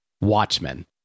Watchmen